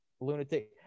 lunatic